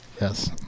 Yes